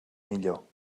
millor